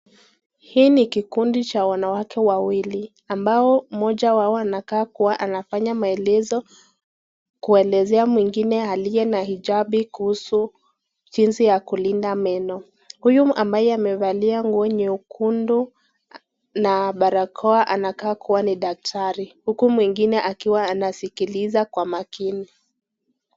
Hii ni kikundi cha wanawake wawili, ambao moja wao anakaa kuwa anafanya maelezo kuelezea mwingine aliye na hijabu kuelezea jinzi ya kulinda meno, huyu ambaye amevalia nguo nyekundu na barakoa anakaa kuwa ni daktari, uku mwingine anasikiliza kwa makini.